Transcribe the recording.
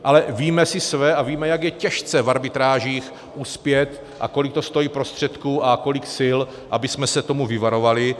Ale víme si své a víme, jak je těžké v arbitrážích uspět a kolik to stojí prostředků a kolik sil, abychom se toho vyvarovali.